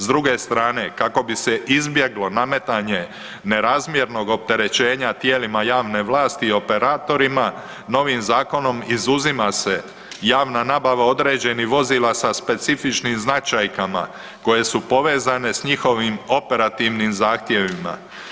S druge strane kako bi se izbjeglo nametanje nerazmjernog opterećenja tijelima javne vlasti i operatorima novim zakonom izuzima se javna nabava određenih vozila sa specifičnim značajkama koje su povezane s njihovim operativnih zahtjevima.